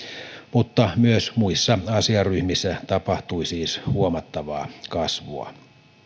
mutta myös muissa asiaryhmissä tapahtui siis huomattavaa kasvua